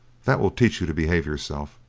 that will teach you to behave yourself.